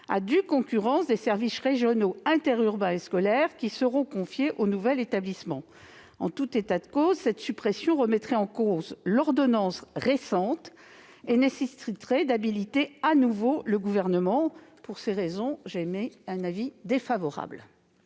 à due concurrence des services régionaux interurbains et scolaires, qui seront confiés au nouvel établissement. En tout état de cause, la suppression proposée remettrait en cause l'ordonnance récente et nécessiterait d'habiliter à nouveau le Gouvernement. Pour ces raisons, le Gouvernement émet un avis défavorable